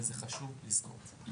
חשוב לזכור את זה.